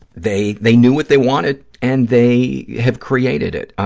they they knew what they wanted, and they have created it.